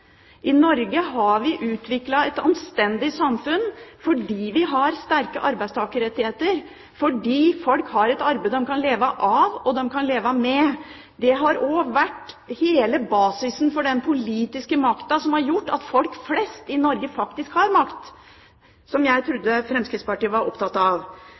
I Norge har vi utviklet et anstendig samfunn fordi vi har sterke arbeidstakerrettigheter, fordi folk har et arbeid som de kan leve av, og som de kan leve med. Det har også vært hele basisen for den politiske makta som har gjort at folk flest i Norge faktisk har makt, som jeg trodde Fremskrittspartiet var opptatt av.